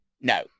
No